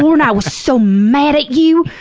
lauren, i was so mad at you!